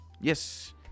Yes